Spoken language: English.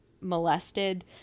molested